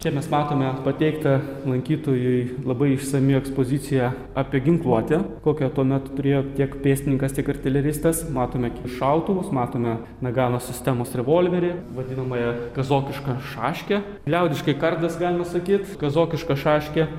čia mes matome pateiktą lankytojui labai išsami ekspozicija apie ginkluotę kokią tuomet turėjo tiek pėstininkas tiek artileristas matome šautuvus matome nagano sistemos revolverį vadinamąją kazokišką šaškę liaudiškai kardas galima sakyt kazokiška šaškė